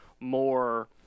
more